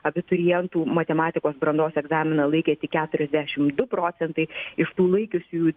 abiturientų matematikos brandos egzaminą laikė tik keturiasdešimt du procentai iš tų laikiusiųjų